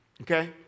okay